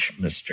Mr